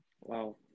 Wow